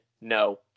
No